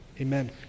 Amen